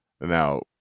Now